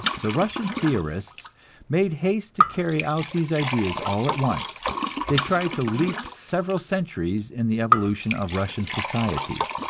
the russian theorists made haste to carry out these ideas all at once they tried to leap several centuries in the evolution of russian society.